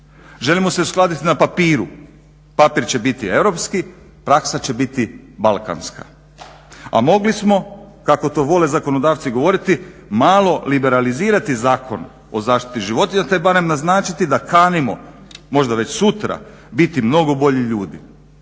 želimo se uskladiti na papiru, papir će biti europski, praksa će biti balkanska. A mogli smo kako to vole zakonodavci govoriti malo liberalizirati Zakon o zaštiti životinja te barem naznačiti da kanimo možda već sutra biti mnogo bolji ljudi,